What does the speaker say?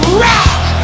rock